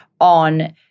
on